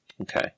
Okay